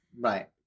Right